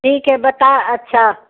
ठीक है बता अच्छा